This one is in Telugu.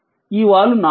ఈ వాలు 4